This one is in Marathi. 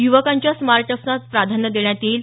युवकांच्या स्टार्ट अप्सना प्राधान्य देण्यात येईल